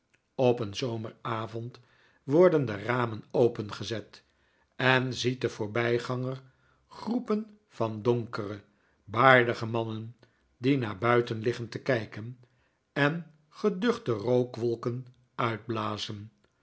op een zomeravond worden de ramen opengezet en ziet de voorbij ganger groepen van donkere baardige mannen die naar buiten liggen te kijken en geduchte rookwolken uitblazen